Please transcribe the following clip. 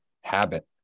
habit